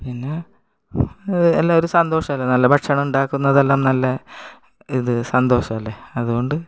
പിന്നെ എല്ലാം ഒരു സന്തോഷമല്ലേ നല്ല ഭക്ഷണം ഉണ്ടാക്കുന്നതെല്ലാം നല്ല ഇത് സന്തോഷമല്ലേ അതുകൊണ്ട്